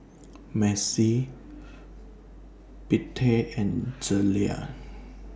Macy Bettye and Zelia